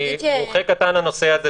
אני מומחה קטן לנושא הזה,